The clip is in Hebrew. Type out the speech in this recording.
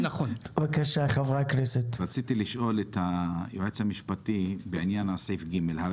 רציתי לשאול את היועץ המשפטי לוועדה בעניין סעיף קטן (ג).